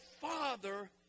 father